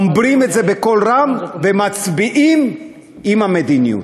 אומרים את זה בקול רם ומצביעים עם המדיניות.